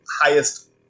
highest